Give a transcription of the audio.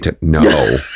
No